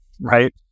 Right